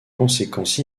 conséquence